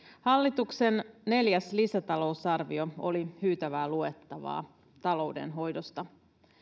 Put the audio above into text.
hallituksen neljäs lisätalousarvio oli hyytävää luettavaa taloudenhoidosta